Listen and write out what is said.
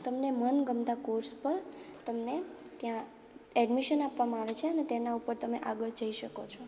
તમને મનગમતા કોર્સ પર તમને ત્યાં એડમિશન આપવામાં આવે છે અને તેના પર તમે આગળ જઈ શકો છો